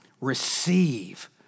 Receive